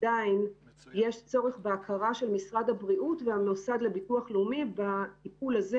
עדיין יש צורך בהכרה של משרד הבריאות והמוסד לביטוח לאומי בטיפול הזה.